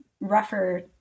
rougher